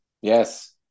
Yes